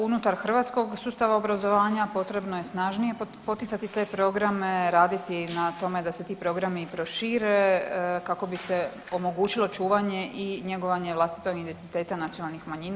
Unutar hrvatskog sustava obrazovanja potrebno je snažnije poticati te programe, raditi na tome da se ti programi prošire kako bi se omogućilo čuvanje i njegovanje vlastitog identiteta nacionalnih manjina.